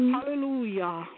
Hallelujah